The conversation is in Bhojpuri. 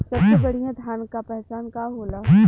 सबसे बढ़ियां धान का पहचान का होला?